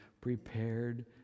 prepared